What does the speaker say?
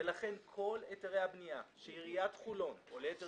לכן כל היתרי בנייה שעיריית חולון או ליתר